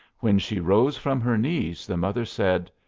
when she rose from her knees the mother said,